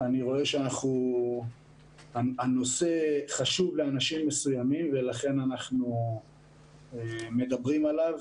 אני רואה שהנושא חשוב לאנשים מסוימים ולכן אנחנו מדברים עליו.